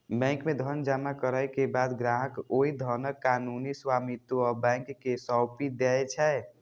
bank मे धन जमा करै के बाद ग्राहक ओइ धनक कानूनी स्वामित्व बैंक कें सौंपि दै छै